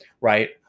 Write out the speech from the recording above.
Right